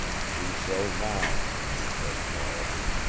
do so now, he said, quietly.